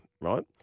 right